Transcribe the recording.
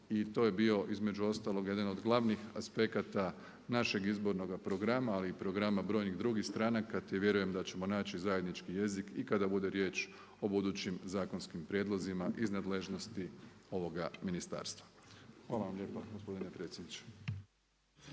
I to je bio između ostalog jedan od glavnih aspekata našeg izbornog programa ali i programa brojnih drugih stranaka te vjerujem da ćemo naći zajednički jezik i kada bude riječ o budućim zakonskim prijedlozima iz nadležnosti ovoga ministarstva. Hvala vam lijepa gospodine predsjedniče.